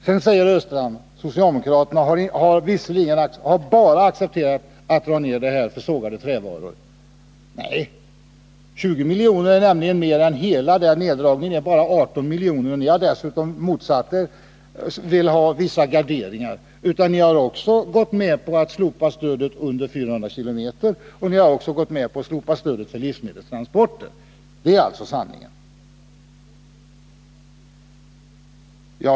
Sedan säger Olle Östrand att socialdemokraterna bara accepterat att dra ned stödet för sågade trävaror. Nej, 20 miljoner är ju mer än vad hela neddragningen belöper sig på. Beloppet för neddragningen är bara 18 miljoner. Ni vill vidare inte bara att det skall göras vissa garderingar utan ni har också gått med på att man skall slopa det stöd som utgår när det gäller sträckor under 400 km och att man skall slopa stödet till livsmedelstransporter. Det är alltså sanningen.